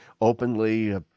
openly